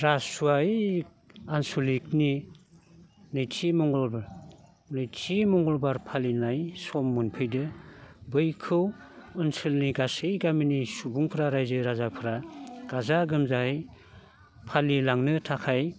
राजस'वा ओइ आनस'लिकनि नैथि मंगलबार नैथि मंगलबार फालिनाय सम मोनफैदों बैखौ ओनसोलनि गासै गामिनि सुबुंफ्रा रायजो राजाफ्रा गाजा गोमजायै फालिलांनो थाखाय